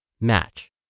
match